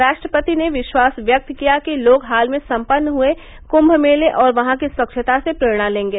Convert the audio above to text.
राष्ट्रपति ने विश्वास व्यक्त किया कि लोग हाल में संपन्न हुए कुंम मेले और वहां की स्वच्छता से प्रेरणा लेंगे